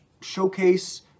showcase